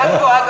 את רואה?